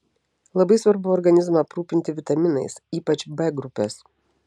labai svarbu organizmą aprūpinti vitaminais ypač b grupės